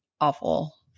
awful